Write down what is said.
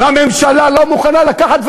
והממשלה לא מוכנה לקחת,